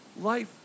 Life